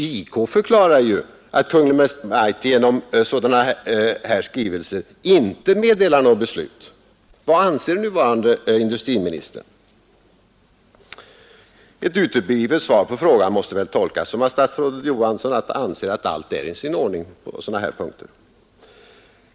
JK förklarar ju att Kungl. Maj:t genom sådana här skrivelser inte meddelar några beslut. Vad anser den nuvarande industriministern? Ett uteblivet svar på frågan måste väl tolkas som att statsrådet Johansson anser att allt är i sin ordning på sådana här punkter.